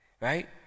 Right